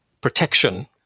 protection